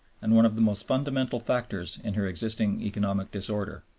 and one of the most fundamental factors in her existing economic disorder.